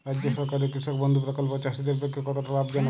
রাজ্য সরকারের কৃষক বন্ধু প্রকল্প চাষীদের পক্ষে কতটা লাভজনক?